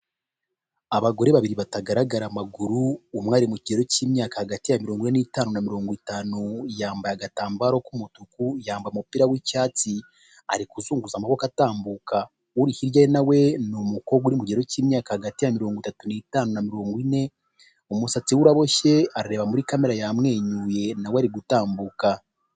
Abagore babiri batagaragara amaguru umwe ari mu kigero cy'imyaka hagati ya mirongo ine n'itanu na mirongo itanu, yambaye agatambaro k'umutuku, yambaye umupira w'icyatsi ari kuzunguza amaboko atambuka. Uri hirya ye nawe ni umukobwa uri mu kigero cy'imyaka hagati ya mirongo itatu n'itanu na mirongo ine, umusatsi we uraboshye arareba muri kamere yamwenyuye na we ari gutambuka.